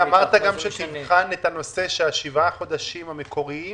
גיא, אמרת שנבחן את הנושא ששבעת החודשים המקוריים